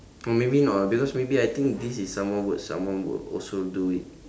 or maybe not ah because maybe I think this is someone would someone would also do it